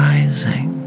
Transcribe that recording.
Rising